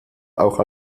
auch